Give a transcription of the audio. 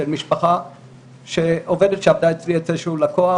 של משפחה שבה עובדת שעבדה אצלי הייתה אצל הלקוח,